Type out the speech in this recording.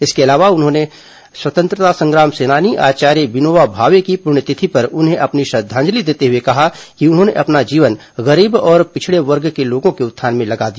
इसके अलावा मुख्यमंत्री ने स्वतंत्रता संग्राम सेनानी आचार्य विनोबा भावे की पुण्यतिथि पर उन्हें अपनी श्रद्वांजलि देते हुए कहा है कि उन्होंने अपना जीवन गरीब और पिछड़े वर्ग के लोगों के उत्थान में लगा दिया